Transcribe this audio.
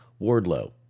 Wardlow